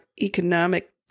economic